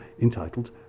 entitled